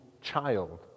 child